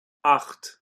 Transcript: acht